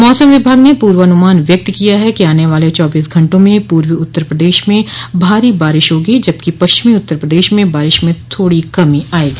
मौसम विभाग ने पूर्वानुमान व्यक्त किया है कि आने वाले चौबीस घंटों में पूर्वी उत्तर प्रदेश में भारी बारिश होगी जबकि पश्चिमी उत्तर प्रदेश में बारिश में थोड़ी कमी आयेगी